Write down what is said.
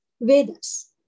Vedas